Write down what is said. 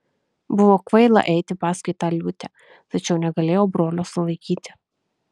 buvo kvaila eiti paskui tą liūtę tačiau negalėjau brolio sulaikyti